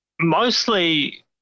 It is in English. mostly